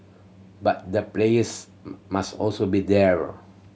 but the players must also be there